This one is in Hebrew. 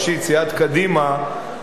סיעת קדימה,